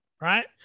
right